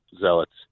zealots